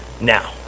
now